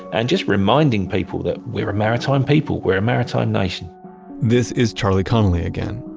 and just reminding people that we're a maritime people we're a maritime nation this is charlie connelly again.